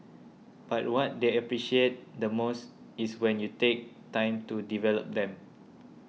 but what they appreciate the most is when you take time to develop them